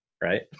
Right